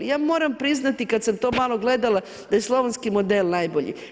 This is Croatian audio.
Ja moram priznati, kad sam to malo gledala da je slovenski model najbolji.